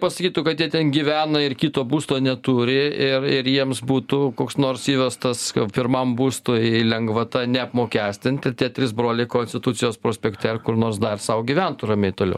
pasakytų kad jie ten gyvena ir kito būsto neturi ir ir jiems būtų koks nors įvestas pirmam būstui lengvata neapmokestinti tie trys broliai konstitucijos prospekte ar kur nors dar sau gyventų ramiai toliau